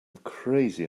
crazy